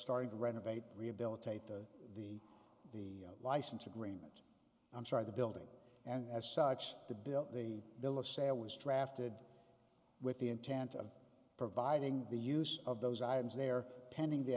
starting to renovate rehabilitate the the the license agreement i'm sorry the building and as such the bill the bill of sale was drafted with the intent of providing the use of those items there pending t